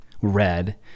red